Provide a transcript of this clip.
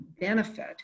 benefit